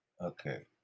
Okay